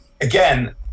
again